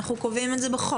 אנחנו קובעים את זה בחוק.